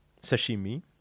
sashimi